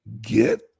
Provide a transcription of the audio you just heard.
Get